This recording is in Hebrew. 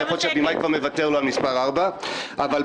יכול להיות שהבמאי כבר מוותר לו על מספר ארבע.